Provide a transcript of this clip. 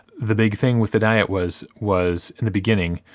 the big thing with the diet was was in the beginning,